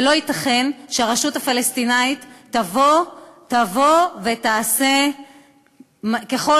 ולא ייתכן שהרשות הפלסטינית תעשה ככל